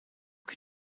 can